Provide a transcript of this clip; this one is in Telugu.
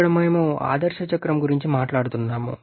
ఇక్కడ మేము ఆదర్శ చక్రం గురించి మాట్లాడుతున్నాము